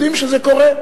יודעים שזה קורה.